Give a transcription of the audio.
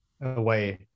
away